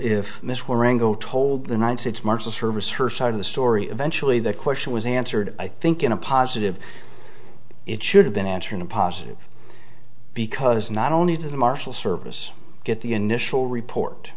go told the knights it's marshal service her side of the story eventually the question was answered i think in a positive it should have been answer in a positive because not only to the marshal service get the initial report